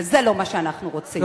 וזה לא מה שאנחנו רוצים.